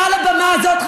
מעל הבמה הזאת,